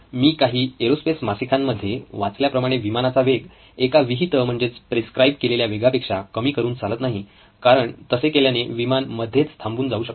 मी काही एरोस्पेस मासिकांमध्ये वाचल्याप्रमाणे विमानाचा वेग एका विहित म्हणजेच प्रिस्क्राइब केलेल्या वेगापेक्षा कमी करून चालत नाही कारण तसे केल्याने विमान मध्येच थांबून जाऊ शकते